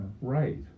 Right